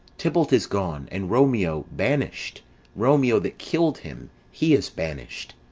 tybalt is gone, and romeo banished romeo that kill'd him, he is banished.